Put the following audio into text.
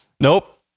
Nope